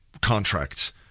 contracts